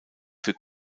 für